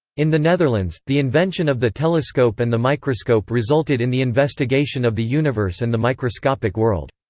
in the netherlands, the invention of the telescope and the microscope resulted in the investigation of the universe and the microscopic world.